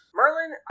merlin